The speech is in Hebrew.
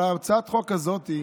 הצעת החוק הזאת היא